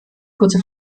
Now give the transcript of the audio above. kurze